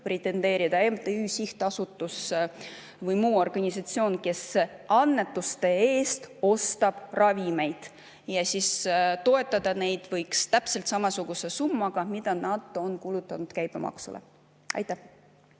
pretendeerida MTÜ, sihtasutus või muu organisatsioon, kes annetuste eest ostab ravimeid. Ja toetada võiks neid täpselt samasuguse summaga, mida nad on kulutanud käibemaksule. Signe